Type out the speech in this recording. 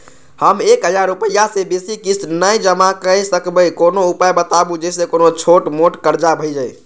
हम एक हजार रूपया से बेसी किस्त नय जमा के सकबे कोनो उपाय बताबु जै से कोनो छोट मोट कर्जा भे जै?